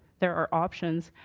there are options.